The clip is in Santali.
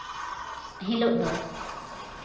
ᱦᱤᱞᱳᱜ ᱫᱚ